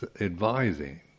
advising